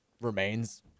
remains